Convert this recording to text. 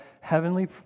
heavenly